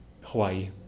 Hawaii